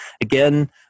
Again